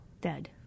dead